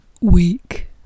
weak